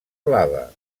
blava